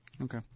Okay